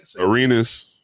Arenas